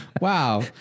Wow